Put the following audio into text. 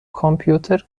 کامپیوتر